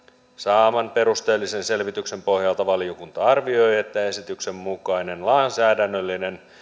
saaman perusteellisen selvityksen pohjalta valiokunta arvioi että esityksen mukainen lainsäädännöllinen